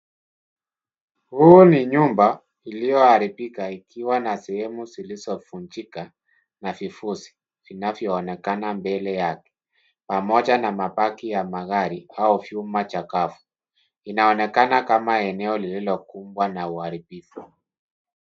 Huu ni nyumba ilioaribika ikiwa na sehemu zilizofunjika na vivuzi vinavyoonekana mbele yake, pamoja na mabaki ya magari au vyuma cha kafu. Inaonekana kama eneo lilokumbwa na uharibifu.